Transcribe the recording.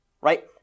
right